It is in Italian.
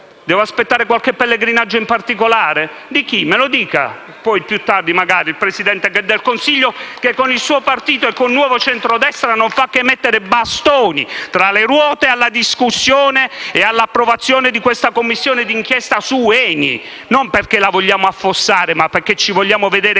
Devo aspettare qualche pellegrinaggio in particolare? Di chi? Me lo dica, magari più tardi, il Presidente del Consiglio, che con il suo partito e con il Nuovo Centrodestra non fa che mettere i bastoni tra le ruote alla discussione e all'approvazione di questa Commissione di inchiesta su ENI, che noi vogliamo non perché intendiamo affossare l'azienda, ma perché ci vogliamo vedere